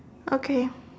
okay